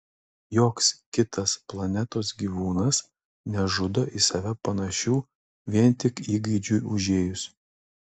joks kitas planetos gyvūnas nežudo į save panašių vien tik įgeidžiui užėjus